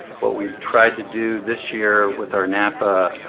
what we've tried to do this year with our napa?